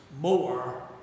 more